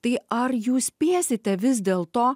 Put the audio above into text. tai ar jūs spėsite vis dėl to